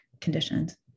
conditions